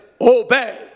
obey